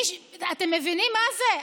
אתם מבינים מה זה?